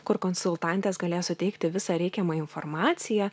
kur konsultantės galės suteikti visą reikiamą informaciją